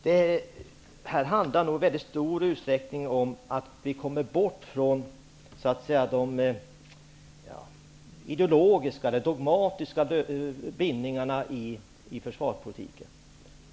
Det här handlar nog i väldigt stor utsträckning om att vi måste komma bort från de ideologiska eller dogmatiska bindningarna i försvarspolitiken.